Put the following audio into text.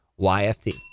YFT